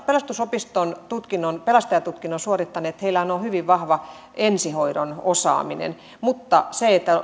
pelastusopiston tutkinnon pelastajatutkinnon suorittaneillahan on hyvin vahva ensihoidon osaaminen mutta olisi hienoa että